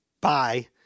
bye